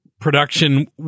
production